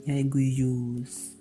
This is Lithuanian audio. jeigu jūs